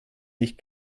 nicht